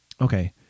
okay